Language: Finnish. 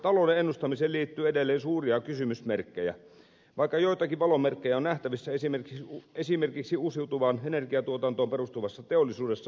talouden ennustamiseen liittyy edelleen suuria kysymysmerkkejä vaikka joitakin valomerkkejä on nähtävissä esimerkiksi uusiutuvaan energiantuotantoon perustuvassa teollisuudessa